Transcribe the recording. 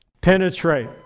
penetrate